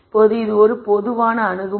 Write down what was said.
இப்போது இது ஒரு பொதுவான அணுகுமுறை